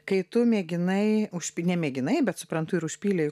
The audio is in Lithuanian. kai tu mėginai užp ne mėginai bet suprantu ir užpylei